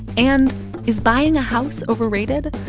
and is buying a house overrated?